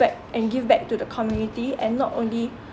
back and give back to the community and not only